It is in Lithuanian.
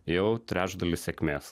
jau trečdalis sėkmės